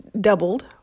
doubled